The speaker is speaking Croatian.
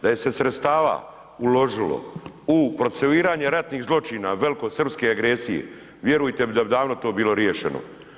Da se sredstava uložilo u procesuiranje ratnih zločina velikosrpske agresije, vjerujete mi da bi davno to bilo riješeno.